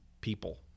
people